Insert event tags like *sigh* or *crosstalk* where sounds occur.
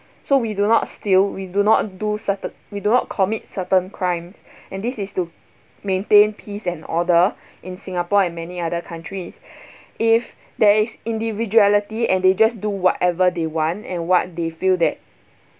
so we do not steal we do not do certain we do not commit certain crimes *breath* and this is to maintain peace and order *breath* in singapore and many other countries *breath* if there is individuality and they just do whatever they want and what they feel that